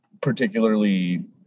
particularly